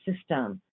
system